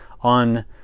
on